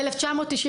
ב-1993,